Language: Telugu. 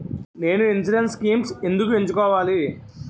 నేను ఇన్సురెన్స్ స్కీమ్స్ ఎందుకు ఎంచుకోవాలి?